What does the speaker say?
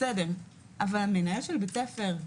אבל מנהל בית הספר,